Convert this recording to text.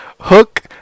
Hook